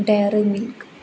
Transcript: dairy milk